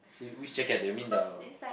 which jacket do you mean the